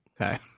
Okay